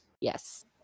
Yes